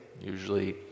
usually